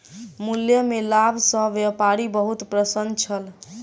मूल्य में लाभ सॅ व्यापारी बहुत प्रसन्न छल